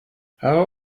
how